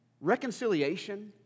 reconciliation